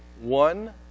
one